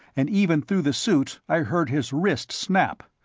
and even through the suit i heard his wrist snap.